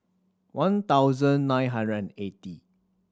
one thousand nine hundred and eighty